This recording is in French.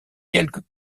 quelques